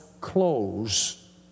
close